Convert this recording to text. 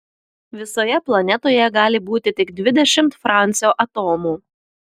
visoje planetoje gali būti tik dvidešimt francio atomų